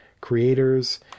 creators